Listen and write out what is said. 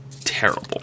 terrible